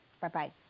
Bye-bye